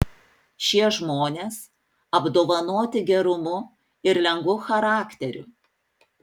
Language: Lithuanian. šie žmonės apdovanoti gerumu ir lengvu charakteriu